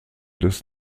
des